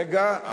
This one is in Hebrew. רגע.